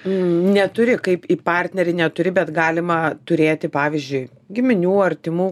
neturi kaip į partnerį neturi bet galima turėti pavyzdžiui giminių artimų